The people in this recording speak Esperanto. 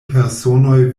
personoj